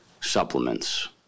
supplements